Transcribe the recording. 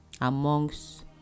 amongst